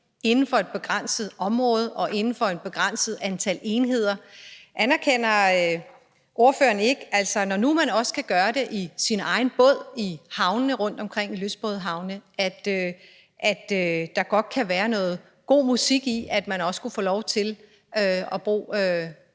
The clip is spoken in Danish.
inden for et begrænset område og inden for et begrænset antal enheder, anerkender ordføreren så ikke, at der, når nu man nu også kan gøre det i sin egen båd i lystbådehavnene rundtomkring, godt kan være noget god musik i, at man også kunne få lov til at bo